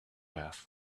have